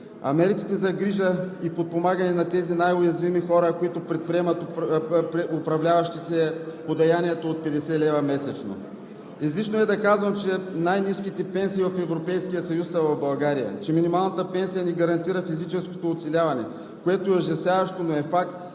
А мерките за грижа и подпомагане на тези най-уязвими хора, които предприемат управляващите, са подаянието от 50 лв. месечно. Излишно е да казвам, че най-ниските пенсии в Европейския съюз са в България, че минималната пенсия не гарантира физическото оцеляване, което е ужасяващо, но е факт